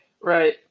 Right